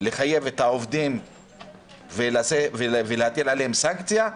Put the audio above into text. לחייב את העובדים ולהטיל עליהם סנקציה,